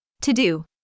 To-do